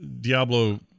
Diablo